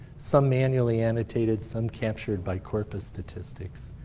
some manually annotated, some captured by corpus statistics.